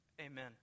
amen